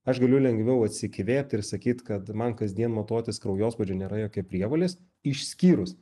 aš galiu lengviau atsikvėpt ir sakyt kad man kasdien matuotis kraujospūdžio nėra jokia prievolės išskyrus